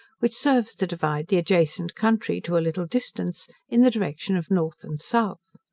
which serves to divide the adjacent country to a little distance, in the direction of north and south.